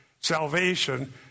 salvation